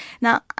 Now